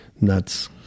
Nuts